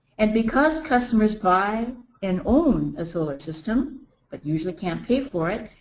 and because customers buy and own a solar system but usually can't pay for it,